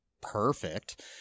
perfect